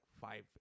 five